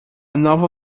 nova